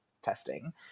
testing